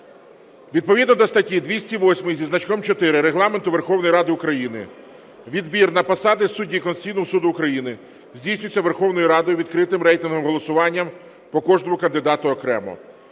Відповідно до статті 208 зі значком 4 Регламенту Верховної Ради України відбір на посаду судді Конституційного Суду України здійснюється Верховною Радою відкритим рейтинговим голосуванням по кожному кандидату окремо.